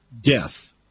death